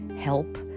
help